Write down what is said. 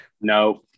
No